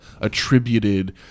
attributed